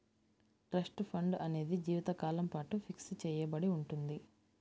trust fund అనేది జీవితకాలం పాటు ఫిక్స్ చెయ్యబడి ఉంటుంది